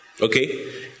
okay